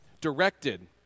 directed